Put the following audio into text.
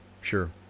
sure